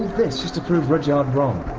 this just to prove rudyard wrong?